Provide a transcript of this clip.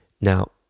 Now